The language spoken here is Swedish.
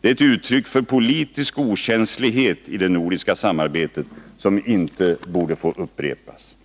Det är ett uttryck för politisk okänslighet i det nordiska samarbetet som inte borde få upprepas.